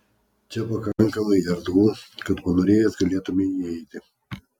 čia pakankamai erdvu kad panorėjęs galėtumei įeiti